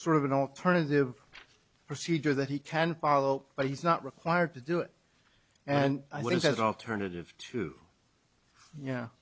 sort of an alternative procedure that he can follow but he's not required to do it and i don't have alternative to yeah